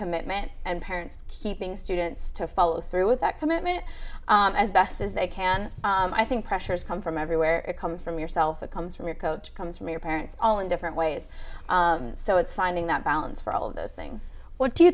commitment and parents keeping students to follow through with that commitment as best as they can i think pressures come from everywhere it comes from yourself it comes from your coach comes from your parents all in different ways so it's finding that balance for all of those things what do you